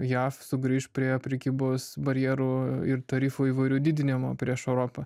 jav sugrįš prie prekybos barjerų ir tarifų įvairių didinimo prieš europą